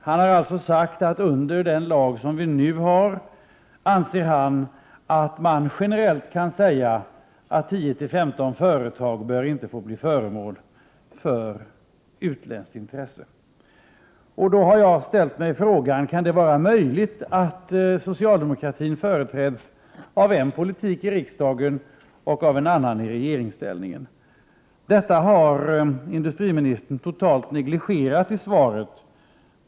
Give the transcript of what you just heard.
Han har således sagt att han anser att man med tanke på den lag som vi nu har generellt kan säga att 10-15 företag inte bör få bli föremål för utländskt intresse. Jag har då ställt mig frågan om det kan vara möjligt att socialdemokratin företräds av en politik i riksdagen och av en annan i regeringsställning. Detta har industriministern negligerat totalt i svaret.